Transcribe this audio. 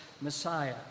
Messiah